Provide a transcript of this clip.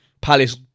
Palace